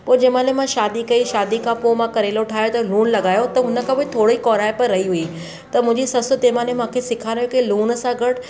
पोइ जंहिं महिल मां शादी कई शादी खां पोइ मां करेलो ठाहियो त लूणु लॻायो त हुन खां पोइ थोरी कौराइप रही हुई त मुंहिंजी ससु तंहिं महिल मूंखे सेखारियो के लूण सां गॾु